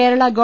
കേരള ഗവ